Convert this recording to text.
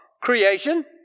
creation